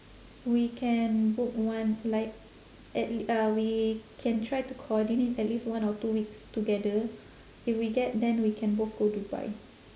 we can book one like at uh we can try to coordinate at least one or two weeks together if we get then we can both go dubai